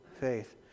faith